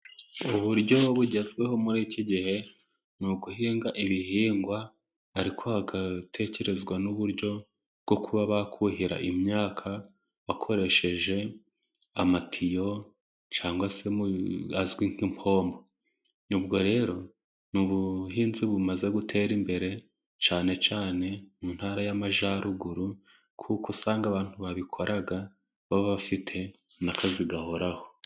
Uburyo bugezweho muri iki gihe niguhinga ibihingwa ariko hagatekerezwa n'uburyo bwo kuba bakuhira imyaka bakoresheje amatiyo cyangwa se azwi nk'impombo. Ubwo rero nubuhinzi bumaze gutera imbere cyane cyane mu ntara y'Amajyaruguru, kuko usanga abantu babikoraga baba bafite n' akazi gahoraho.